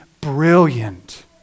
brilliant